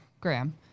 Graham